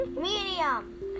Medium